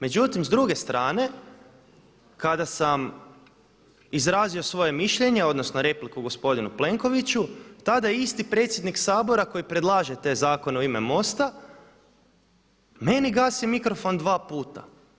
Međutim s druge strane kada sam izrazio svoje mišljenje odnosno repliku gospodinu Plenkoviću, tada je isti predsjednik Sabora koji predlaže te zakone u ime MOST-a meni gasi mikrofon dva puta.